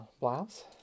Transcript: blouse